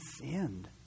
sinned